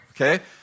Okay